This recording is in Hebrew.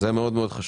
זה מאוד מאוד חשוב.